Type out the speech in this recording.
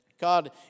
God